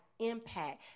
impact